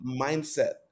mindset